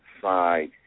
side